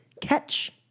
Catch